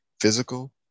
physical